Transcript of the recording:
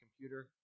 computer